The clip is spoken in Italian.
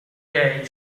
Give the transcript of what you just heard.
dèi